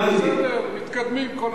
בסדר, מתקדמים כל הזמן.